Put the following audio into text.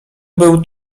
był